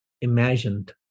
imagined